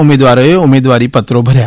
ઉમેદવારોએ ઉમેદવારીપત્રો ભર્યા